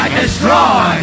destroy